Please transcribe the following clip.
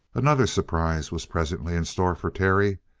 another surprise was presently in store for terry.